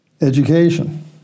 Education